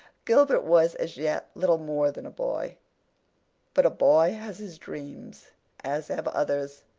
gilbert was as yet little more than a boy but a boy has his dreams as have others,